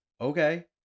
Okay